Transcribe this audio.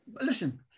Listen